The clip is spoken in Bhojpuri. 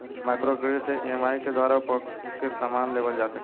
माइक्रो क्रेडिट से ई.एम.आई के द्वारा उपभोग के समान लेवल जा सकेला